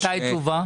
מתי יובא?